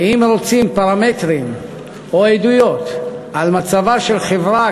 שאם רוצים פרמטרים או עדויות על מצבה של חברה,